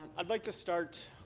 i'd like to start